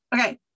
okay